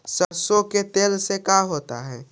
सरसों के तेल से का होता है?